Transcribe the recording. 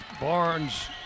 Barnes